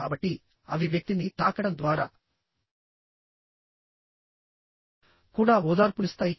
కాబట్టి అవి వ్యక్తిని తాకడం ద్వారా కూడా ఓదార్పునిస్తాయి